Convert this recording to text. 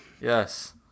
Yes